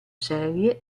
serie